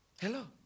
Hello